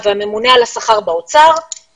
עוד מצרפת לעשות את הקורס הזה.